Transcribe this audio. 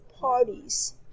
parties